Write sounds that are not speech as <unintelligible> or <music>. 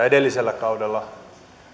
<unintelligible> edellisellä kaudella